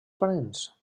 parents